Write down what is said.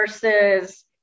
versus